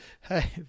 hey